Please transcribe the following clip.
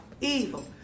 evil